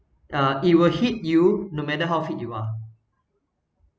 uh it will hit you no matter how fit you are